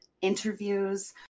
interviews